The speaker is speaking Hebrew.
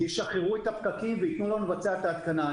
ישחררו את הפקקים ויתנו לנו לבצע את ההתקנה.